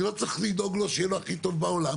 אני לא צריך לדאוג לו שיהיה לו הכי טוב בעולם,